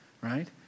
right